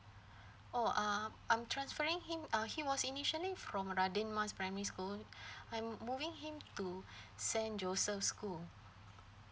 oh uh I'm transferring him uh he was initially from radin mas primary school I'm moving him to saint joseph school